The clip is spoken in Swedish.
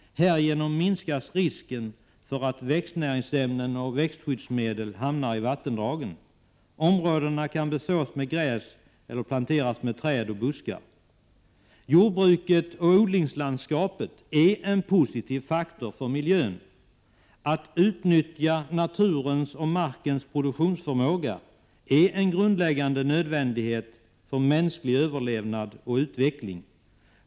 Härigenom minskas risken för att växtnäringsämnen och växtskyddsmedel hamnar i vattendragen. Områdena kan besås med gräs, eller planteras med träd och buskar. Jordbruket och odlingslandskapet är en positiv faktor för miljön. Att utnyttja naturens och markens produktionsförmåga är en grundläggande nödvändighet för mänsklig överlevnad och utveckling.